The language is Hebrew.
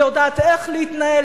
ויודעת איך להתנהל,